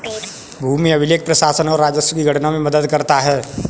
भूमि अभिलेख प्रशासन और राजस्व की गणना में मदद करता है